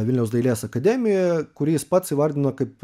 vilniaus dailės akademijoje kurį jis pats įvardino kaip